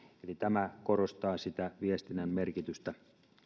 eli tämä korostaa sitä viestinnän merkitystä